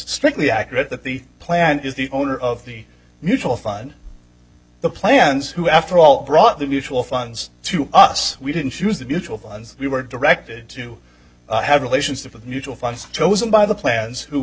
strictly accurate that the plan is the owner of the mutual fund the plans who after all brought the mutual funds to us we didn't choose the mutual funds we were directed to have relationship of mutual funds chosen by the plans who